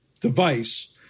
device